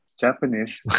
Japanese